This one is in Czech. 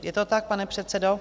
Je to tak, pane předsedo ?